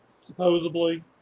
supposedly